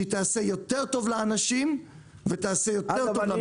שתעשה יותר טוב לאנשים ויותר טוב למשק.